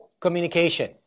Communication